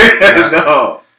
No